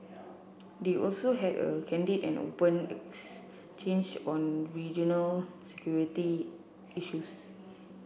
they also had a candid and open exchange on regional security issues